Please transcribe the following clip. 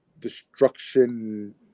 destruction